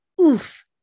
oof